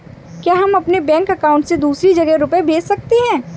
क्या हम अपने बैंक अकाउंट से दूसरी जगह रुपये भेज सकते हैं?